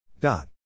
Dot